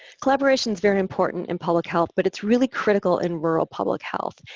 collaboration is very important in public health but it's really critical in rural public health.